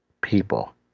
people